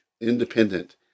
independent